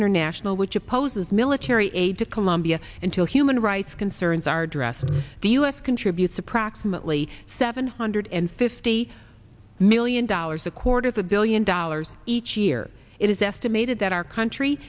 international which opposes military aid to colombia until human rights concerns are addressed the u s contributes approximately seven hundred and fifty million dollars a quarter of a billion dollars each year it is estimated that our country